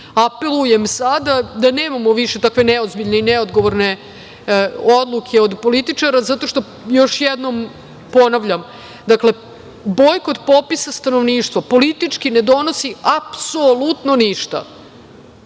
apelujem sada da nemamo više takve neozbiljne i neodgovorne odluke od političara zato što, još jednom ponavljam, bojkot popisa stanovništva politički ne donosi apsolutno ništa,